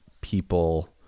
people